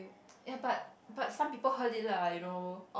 ya but but some people heard it lah you know